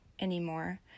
anymore